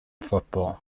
football